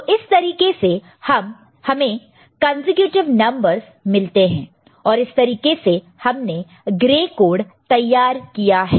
तो इस तरीके से हमें कंसेक्युटिव नंबरस मिलते हैं और इस तरीके से हमने ग्रे कोड तैयार किया है